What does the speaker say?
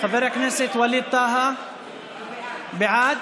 חבר הכנסת ווליד טאהא, בעד.